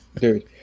dude